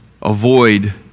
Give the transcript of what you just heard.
Avoid